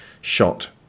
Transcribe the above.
shot